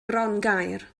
grongaer